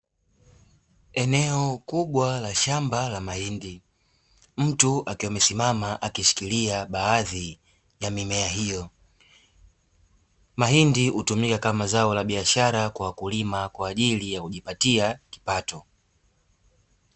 Eneo kubwa la shamba la mahindi, mtu akiwa amesimama akishikilia baadhi ya mimea hiyo. Mahindi hutumika kama zao la biashara kwa wakulima, kwa ajili ya kujipatia kipato.